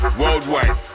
worldwide